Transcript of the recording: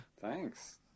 thanks